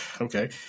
okay